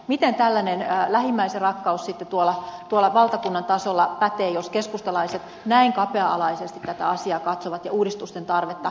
miten tällainen lähimmäisenrakkaus sitten tuolla valtakunnan tasolla pätee jos keskustalaiset näin kapea alaisesti tätä asiaa katsovat ja uudistusten tarvetta arvioivat